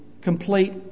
complete